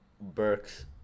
Burks